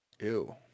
Ew